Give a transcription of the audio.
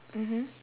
mmhmm